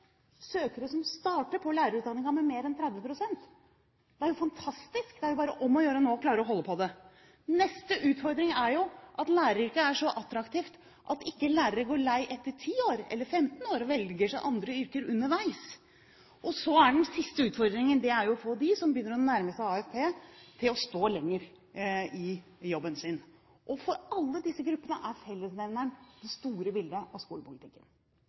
søkere som starter på lærerutdanningen, med mer enn 30 pst. Det er jo fantastisk! Det er nå bare om å gjøre å klare å holde på det. Neste utfordring er jo at læreryrket er så attraktivt at lærere ikke går lei etter ti år, eller etter 15 år, og velger seg andre yrker underveis. Den siste utfordringen er å få dem som begynner å nærme seg AFP, til å stå lenger i jobben sin, og for alle disse gruppene er fellesnevneren det store bildet av skolepolitikken.